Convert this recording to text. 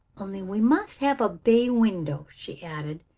only we must have a bay window, she added.